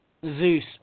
Zeus